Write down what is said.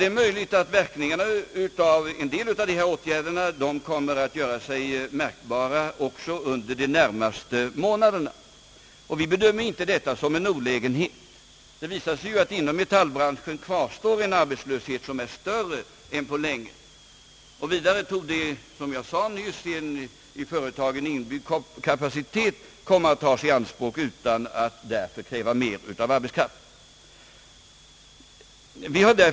Det är möjligt att verkningarna av en del av dessa åtgärder kommer att göra sig märkbara också under de närmaste månaderna. Och vi bedömer inte detta som en olägenhet. Det visar sig ju att inom metallbranschen kvarstår en arbetslöshet som är större än på länge. Vidare torde, som jag sade nyss, en i företagen inbyggd kapacitet komma att tas i anspråk utan att därför kräva mer arbetskraft.